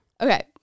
Okay